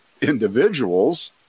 individuals